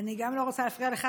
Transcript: אבל אני לא רוצה להפריע לך.